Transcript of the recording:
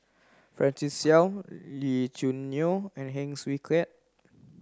Francis Seow Lee Choo Neo and Heng Swee Keat